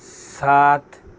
ᱥᱟᱛ